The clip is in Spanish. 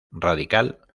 radical